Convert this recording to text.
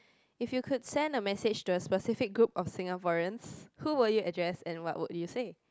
if you could send a message to a specific group of Singaporeans who would you address and what would you say